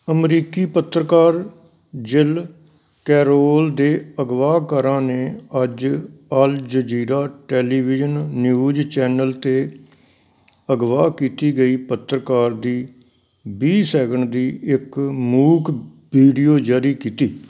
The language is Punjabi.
ਅਮਰੀਕੀ ਪੱਤਰਕਾਰ ਜਿਲ ਕੈਰੋਲ ਦੇ ਅਗਵਾਕਾਰਾਂ ਨੇ ਅੱਜ Al Jazeera television news channel 'ਤੇ ਅਗਵਾ ਕੀਤੀ ਗਈ ਪੱਤਰਕਾਰ ਦੀ ਵੀਹ ਸੈਕਿੰਡ ਦੀ ਇੱਕ ਮੂਕ ਵੀਡੀਓ ਜਾਰੀ ਕੀਤੀ